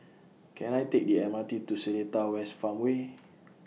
Can I Take The M R T to Seletar West Farmway